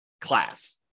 class